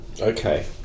Okay